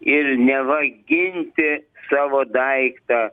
ir neva ginti savo daiktą